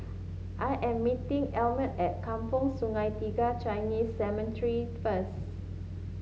I am meeting Elmire at Kampong Sungai Tiga Chinese Cemetery first